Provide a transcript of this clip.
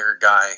guy